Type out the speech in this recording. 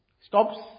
Stops